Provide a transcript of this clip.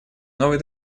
новой